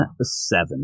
seven